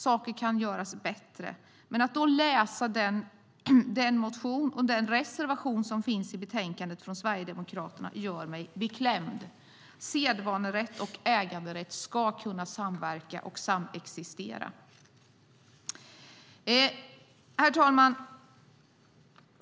Saker kan göras bättre. Men när jag läser motionen och reservationen från Sverigedemokraterna blir jag beklämd. Sedvanerätt och äganderätt ska kunna samverka och samexistera. Herr talman!